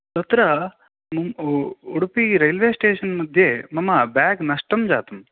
तत्र मुम् उडुपि रैल्वेस्टेषन् मध्ये मम बेग् नष्टं जातम्